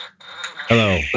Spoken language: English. Hello